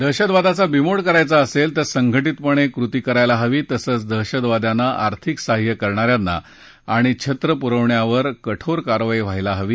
दहशतवादाचा बिमोड करायचा असेल तर संघा जिपणे कृती करायला हवी तसंच दहशतवाद्यांना आर्थिक साहाय्य करणाऱ्यांना आणि छत्र पुरवणाऱ्यांवर कठोर कारवाई करायला हवी